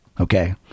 okay